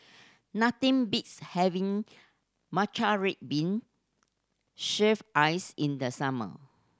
nothing beats having matcha red bean shaved ice in the summer